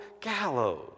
gallows